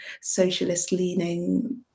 socialist-leaning